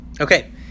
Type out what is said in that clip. Okay